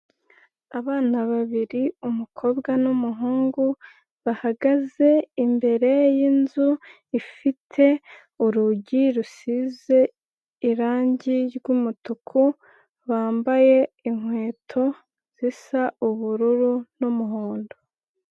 Abana babiri umukobwa n'umuhungu, bahagaze imbere yinzu ifite urugi rusize irangi ry'umutuku, bambaye inkweto zisa ubururu n'umuhondo.